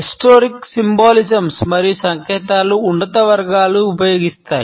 నిగూడ మరియు సంకేతాలు ఉన్నతవర్గాలు ఉపయోగిస్తాయి